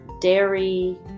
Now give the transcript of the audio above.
dairy